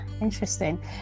interesting